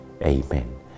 Amen